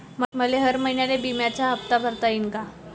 मले हर महिन्याले बिम्याचा हप्ता भरता येईन का?